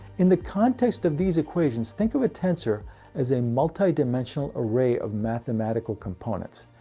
in the context of these equations think of a tensor as a multidimensional array of mathematical components.